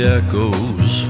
echoes